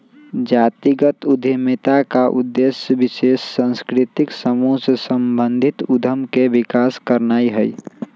जातिगत उद्यमिता का उद्देश्य विशेष सांस्कृतिक समूह से संबंधित उद्यम के विकास करनाई हई